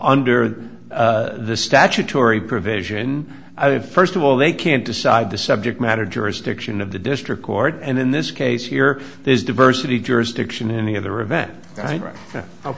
under the statutory provision first of all they can't decide the subject matter jurisdiction of the district court and in this case here there's diversity jurisdiction in any other event